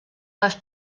les